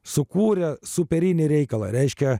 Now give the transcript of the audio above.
sukūrė superinį reikalą reiškia